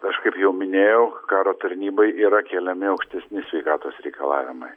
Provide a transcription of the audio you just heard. aš kaip jau minėjau karo tarnybai yra keliami aukštesni sveikatos reikalavimai